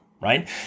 right